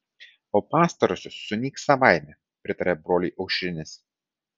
o pastarosios nunyks savaime pritarė broliui aušrinis